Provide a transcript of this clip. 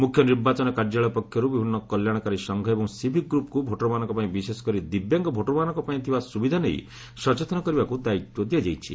ମୁଖ୍ୟ ନିର୍ବାଚନ କାର୍ଯ୍ୟାଳୟ ପକ୍ଷରୁ ବିଭିନ୍ନ କଲ୍ୟାଣକାରୀ ସଂଘ ଏବଂ ସିଭିକ ଗ୍ରୁପ୍କୁ ଭୋଟରମାନଙ୍କ ପାଇଁ ବିଶେଷକରି ଦିବ୍ୟାଙ୍ଗ ଭୋଟରମାନଙ୍କ ପାଇଁ ଥିବା ସୁବିଧା ନେଇ ସଚେତନ କରିବାକୁ ଦାୟିତ୍ୱ ଦିଆଯାଇଛି